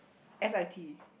s_i_t